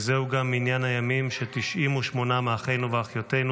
וזהו גם מניין הימים של 98 מאחינו ואחיותינו,